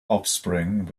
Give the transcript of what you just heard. offspring